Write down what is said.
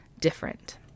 different